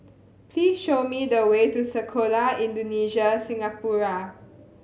please show me the way to Sekolah Indonesia Singapura